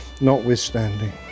notwithstanding